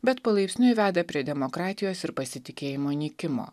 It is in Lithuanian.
bet palaipsniui veda prie demokratijos ir pasitikėjimo nykimo